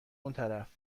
اونطرف